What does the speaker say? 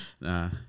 nah